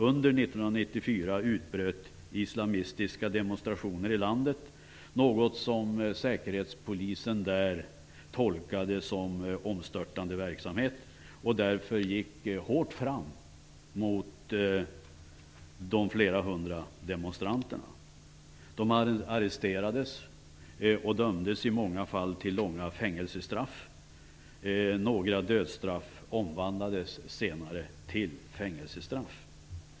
Under 1994 utbröt islamistiska demonstrationer i landet, något som säkerhetspolisen där tolkade som omstörtande verksamhet och därför gick hårt fram mot de flera hundra demonstranterna. De arresterades och dömdes i många fall till långa fängelsestraff. Några dödsstraff omvandlades senare till fängelsestraff.